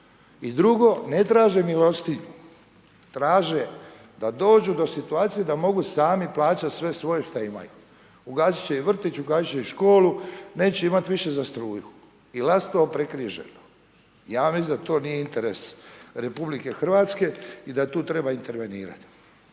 I drugo, ne traže milostinju, traže da dođu do situacije da mogu sami plaćati sve svoje što imaju. Ugasit će i vrtić, ugasit će i školu, neće imati više za struju. I Lastovo prekriženo. Ja mislim da to nije interes RH i da tu treba intervenirati.